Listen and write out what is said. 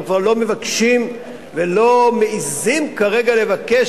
אנחנו כבר לא מבקשים ולא מעזים כרגע לבקש